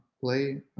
play